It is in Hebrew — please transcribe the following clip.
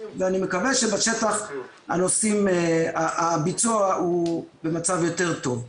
ואני מקווה שבשטח הביצוע הוא במצב יותר טוב.